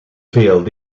vld